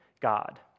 God